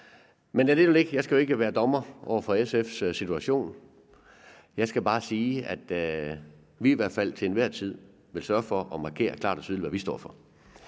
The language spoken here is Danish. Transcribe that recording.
jeg skal jo ikke gøre mig til dommer over SF's situation; jeg skal bare sige, at vi i hvert fald til enhver tid vil sørge for at markere klart og tydeligt, hvad vi står for.